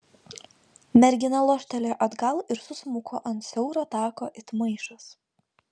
mergina loštelėjo atgal ir susmuko ant siauro tako it maišas